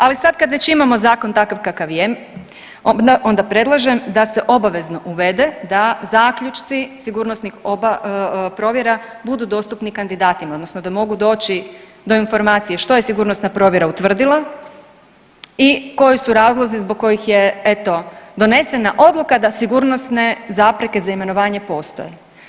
Ali sad kad već imam zakon takav kakva je onda predlažem da se obavezno uvede da zaključci sigurnosnih provjera budu dostupni kandidatima odnosno da mogu doći do informacije što je sigurnosna provjera utvrdila i koji su razlozi zbog kojih je eto donesena odluka da sigurnosne zapreke za imenovanje postoje.